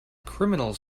criminals